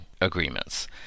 agreements